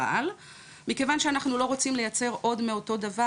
אבל מכיוון שאנחנו לא רוצים לייצר עוד מאותו דבר,